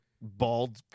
bald